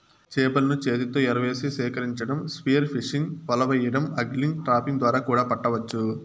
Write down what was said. చేపలను చేతితో ఎరవేసి సేకరించటం, స్పియర్ ఫిషింగ్, వల వెయ్యడం, ఆగ్లింగ్, ట్రాపింగ్ ద్వారా కూడా పట్టవచ్చు